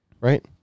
right